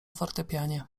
fortepianie